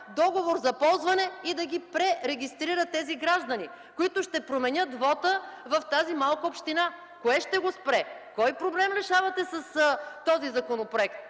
договор за ползване и да пререгистрира тези граждани, които ще променят вота в тази малка община? Кое ще го спре? Кой проблем решавате с този законопроект?